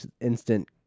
instant